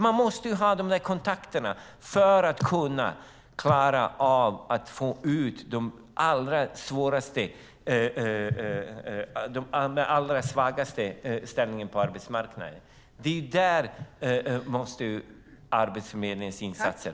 Man måste ha de kontakterna för att kunna klara av att få ut dem med den allra svagaste ställningen på arbetsmarknaden. Där måste Arbetsförmedlingen göra insatser.